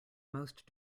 most